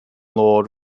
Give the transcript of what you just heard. lord